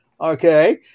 Okay